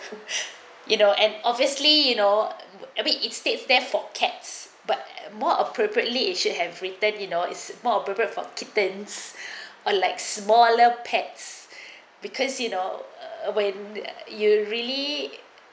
you know and obviously you know a bit it states therefore cats but more appropriately it should have returned you know it's more appropriate for kittens or like smaller pets because you know when you really